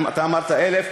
אם אמרת 1,000,